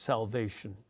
Salvation